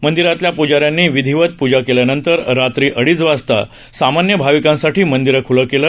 मंदिरातल्या प्जाऱ्यांनी विधिवत पूजा केल्यानंतर रात्री अडीच वाजता सामान्य भाविकांसाठी मंदीर ख्लं केलं